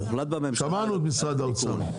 שמענו את משרד האוצר.